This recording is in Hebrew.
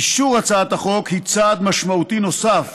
אישור הצעת החוק הוא צעד משמעותי נוסף